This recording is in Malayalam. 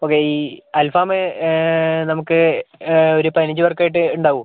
ഓക്കെ ഈ അൽഫാമ് നമുക്ക് ഒരു പതിനഞ്ച് പേർക്കായിട്ട് ഉണ്ടാവുമോ